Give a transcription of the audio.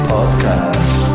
Podcast